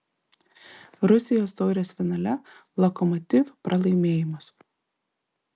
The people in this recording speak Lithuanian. rusijos taurės finale lokomotiv pralaimėjimas